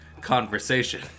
conversation